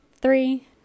three